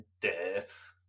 death